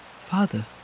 Father